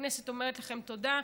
הכנסת אומרת לכם תודה.